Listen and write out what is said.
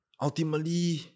ultimately